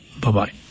Bye-bye